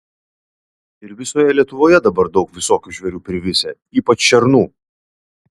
ir visoje lietuvoje dabar daug visokių žvėrių privisę ypač šernų